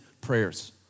prayers